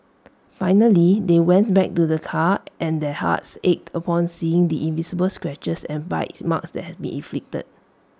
finally they went back to the car and their hearts ached upon seeing the invisible scratches and bites marks that had been inflicted